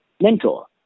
mentor